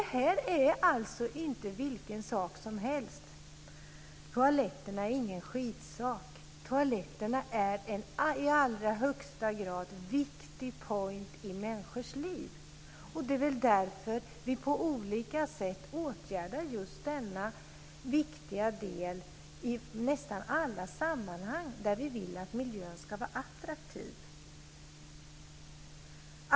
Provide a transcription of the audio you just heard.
Det här är alltså inte vilken sak som helst. Toaletterna är ingen skitsak. Toaletterna är en i allra högsta grad viktig point i människors liv. Det är väl därför som vi på olika sätt åtgärdar just denna viktiga del i nästan alla sammanhang där vi vill att miljön ska vara attraktiv.